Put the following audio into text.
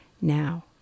Now